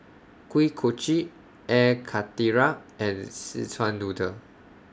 Kuih Kochi Air Karthira and Szechuan Noodle